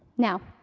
now,